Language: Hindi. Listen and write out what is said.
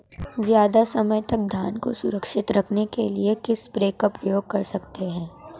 ज़्यादा समय तक धान को सुरक्षित रखने के लिए किस स्प्रे का प्रयोग कर सकते हैं?